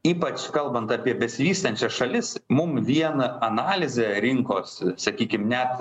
ypač kalbant apie besivystančias šalis mum vieną analizę rinkos sakykim net